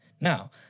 Now